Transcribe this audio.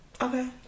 okay